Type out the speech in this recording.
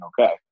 okay